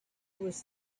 was